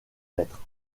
mètres